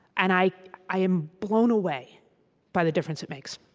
and i i am blown away by the difference it makes